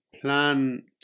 plan